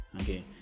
okay